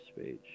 speech